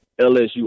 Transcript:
LSU